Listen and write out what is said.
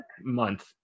month